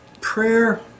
Prayer